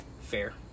Fair